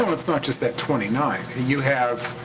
it's not just that twenty nine. you have,